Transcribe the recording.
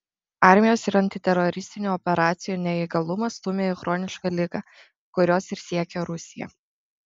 armijos ir antiteroristinių operacijų neįgalumas stumia į chronišką ligą kurios ir siekia rusija